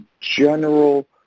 general